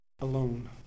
alone